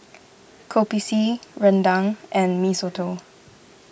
Kopi C Rendang and Mee Soto